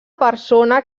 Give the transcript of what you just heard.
persona